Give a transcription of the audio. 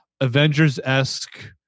Avengers-esque